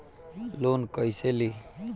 Loan कईसे ली?